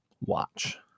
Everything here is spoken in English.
watch